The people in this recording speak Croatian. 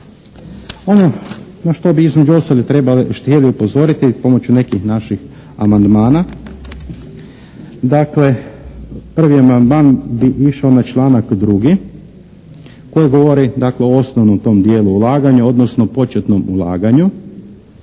Ono na što bi između ostalih trebali, htjeli upozoriti pomoću nekih naših amandmana. Dakle, prvi amandman bi išao na članak drugi koji govori dakle o osnovnom tom dijelu ulaganja, odnosno početnom ulaganju